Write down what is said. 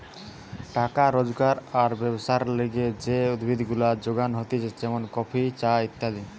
টাকা রোজগার আর ব্যবসার লিগে যে উদ্ভিদ গুলা যোগান হতিছে যেমন কফি, চা ইত্যাদি